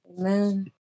Amen